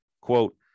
Quote